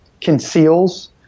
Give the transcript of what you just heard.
conceals